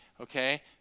okay